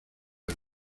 del